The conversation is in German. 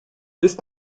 ist